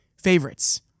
favorites